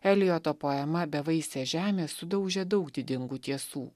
elioto poema bevaisė žemė sudaužė daug didingų tiesų